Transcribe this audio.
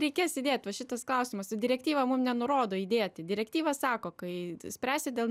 reikės sėdėt va šitas klausimas direktyva mum nenurodo įdėti direktyva sako kai spręsi dėl